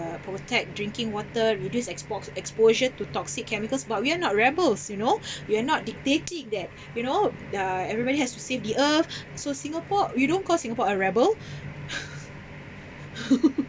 protect drinking water reduce exports exposure to toxic chemicals but we are not rebels you know you are not dictating that you know uh everybody has to save the earth so singapore you don't call singapore a rebel